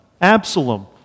Absalom